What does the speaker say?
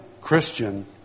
Christian